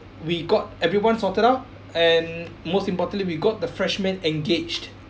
we got everyone sorted out and most importantly we got the freshman engaged